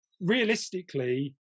Realistically